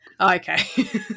okay